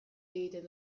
egiten